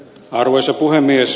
arvoisa puhemies